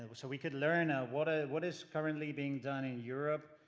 so we can learn ah what ah what is currently being done in europe?